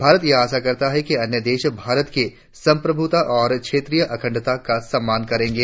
भारत यह आशा करता है कि अन्य देश भारत की संप्रभुता और क्षेत्रीय अखंडता का सम्मान करेंगे